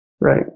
Right